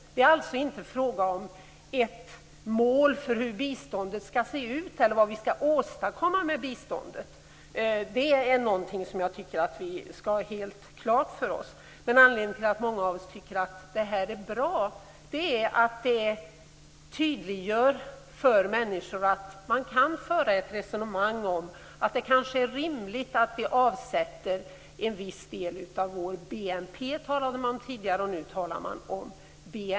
Det är alltså inte fråga om ett mål för hur biståndet skall se ut eller för vad vi vill åstadkomma med biståndet. Detta är någonting som jag tycker att vi skall ha helt klart för oss. En anledning till att många av oss tycker att enprocentsmålet är bra är att det tydliggör för människor att man kan föra ett resonemang om att det kan vara rimligt att avsätta en viss del av vår BNP - eller BNI, som man numera talar om.